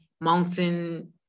mountain